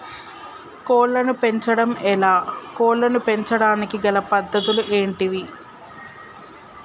కోళ్లను పెంచడం ఎలా, కోళ్లను పెంచడానికి గల పద్ధతులు ఏంటివి?